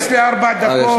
יש לו עוד ארבע דקות.